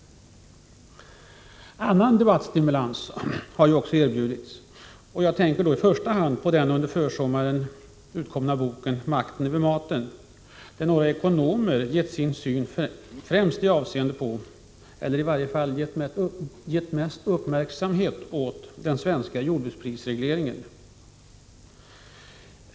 Annan debattstimulans har också erbjudits. Jag tänker då i första hand på den under försommaren utkomna boken ”Makten över maten”, där några ekonomer har uttryckt sin uppfattning främst beträffande — eller i varje fall mest uppmärksammat — den svenska jordbruksprisregleringen.